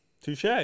Touche